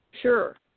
Sure